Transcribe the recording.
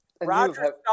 Roger